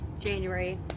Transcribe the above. january